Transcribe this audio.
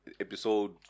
episode